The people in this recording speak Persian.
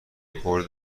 رکورد